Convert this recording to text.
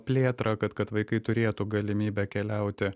plėtrą kad kad vaikai turėtų galimybę keliauti